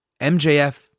MJF